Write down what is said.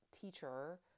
teacher